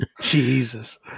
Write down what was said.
Jesus